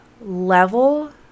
level